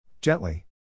Gently